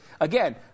Again